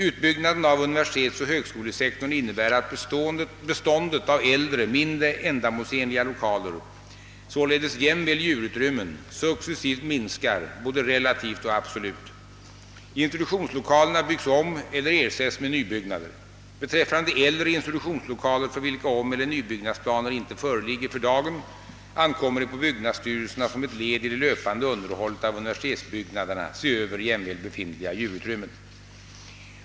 Utbyggnaden av universitetsoch högskolesektorn innebär att beståndet av äldre, mindre ändamålsenliga lokaler — således jämväl djurutrymmen — successivt minskar både relativt och absolut. Institutionslokalerna byggs om eller ersätts med nybyggnader. Beträffande de äldre institutionslokaler för vilka omeller nybyggnadsplaner inte föreligger för dagen ankommer det på byggnadsstyrelsen att som ett led i det löpande underhållet av universitetsbyggnaderna se över jämväl befintliga djurutrymmen.